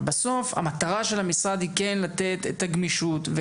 המטרה של המשרד היא כן לתת את הגמישות,